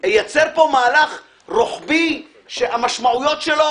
אייצר פה מהלך רוחבי שהמשמעויות שלו